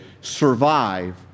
survive